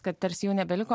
kad tarsi jų nebeliko